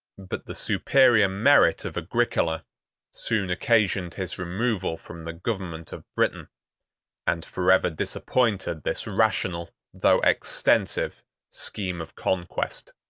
but the superior merit of agricola soon occasioned his removal from the government of britain and forever disappointed this rational, though extensive scheme of conquest.